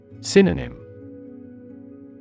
Synonym